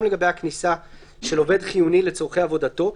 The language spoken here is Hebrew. לגבי הכניסה של עובד חיוני לצרכי עבודתו,